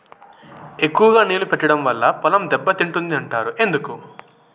ఎక్కువగా నీళ్లు పెట్టడం వల్ల పొలం దెబ్బతింటుంది అంటారు ఎందుకు?